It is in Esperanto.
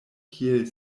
kiel